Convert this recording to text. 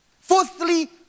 Fourthly